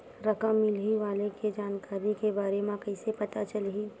रकम मिलही वाले के जानकारी के बारे मा कइसे पता चलही?